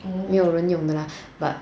没有人用的啦 but